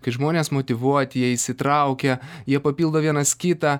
kai žmonės motyvuoti jie įsitraukia jie papildo vienas kitą